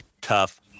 tough